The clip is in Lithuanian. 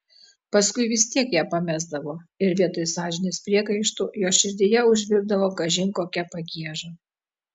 paskui vis tiek ją pamesdavo ir vietoj sąžinės priekaištų jo širdyje užvirdavo kažin kokia pagieža